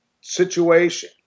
situation